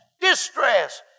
distress